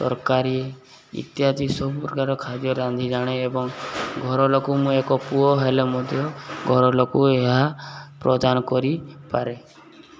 ତରକାରୀ ଇତ୍ୟାଦି ସବୁ ପ୍ରକାର ଖାଦ୍ୟ ରାନ୍ଧି ଜାଣେ ଏବଂ ଘରଲୋକ ମୁଁ ଏକ ପୁଅ ହେଲେ ମଧ୍ୟ ଘରଲୋକ ଏହା ପ୍ରଦାନ କରିପାରେ